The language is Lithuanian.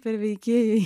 per veikėjai